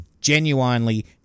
genuinely